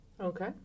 okay